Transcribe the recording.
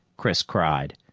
chris cried.